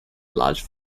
large